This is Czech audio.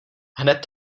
hned